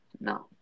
No